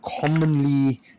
commonly